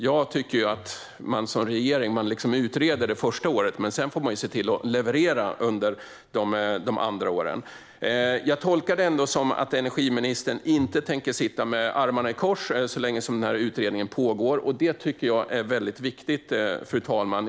Jag tycker att man som regering utreder det första året. Men sedan får man se till att leverera under de andra åren. Jag tolkar det ändå som att energiministern inte tänker sitta med armarna i kors så länge denna utredning pågår. Det tycker jag är mycket viktigt, fru talman.